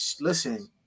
Listen